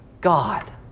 God